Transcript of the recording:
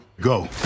Go